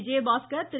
Vijayabaskar Thiru